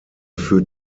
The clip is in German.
führt